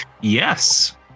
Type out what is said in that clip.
Yes